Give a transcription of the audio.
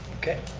okay,